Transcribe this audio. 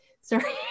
Sorry